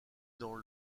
dans